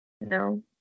No